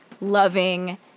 loving